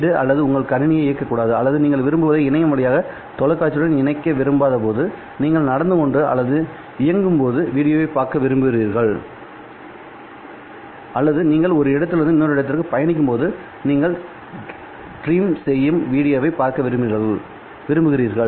வீடு அல்லது உங்கள் கணினியை இயக்கக்கூடாது அல்லது நீங்கள் விரும்புவதை இணையம் வழியாக தொலைக்காட்சியுடன் இணைக்க விரும்பாதபோதுநீங்கள் நடந்து கொண்டு அல்லது இயங்கும்போது வீடியோவை பார்க்க விரும்புகிறீர்கள் அல்லது நீங்கள் ஒரு இடத்திலிருந்து இன்னொரு இடத்திலிருந்து பயணிக்கும் போது நீங்கள் டிரிம் செய்யும் வீடியோவைப் பார்க்க விரும்புகிறீர்கள்